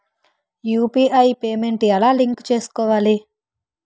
UPI payment ఎలా link చేసుకోవాలి?